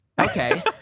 Okay